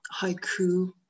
Haiku